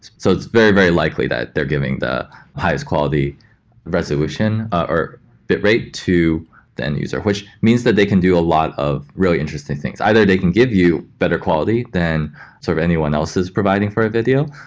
so it's very, very likely that they're giving the highest quality resolution, or bitrate to then a user, which means that they can do a lot of really interesting things either they can give you better quality than sort of anyone else is providing for a video,